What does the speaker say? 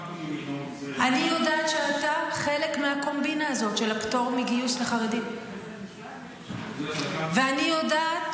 אני מניח שאת יודעת שלחמתי במלחמות ישראל --- אני יודעת